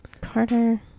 Carter